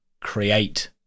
create